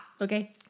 Okay